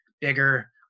bigger